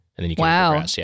Wow